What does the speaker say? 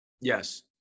Yes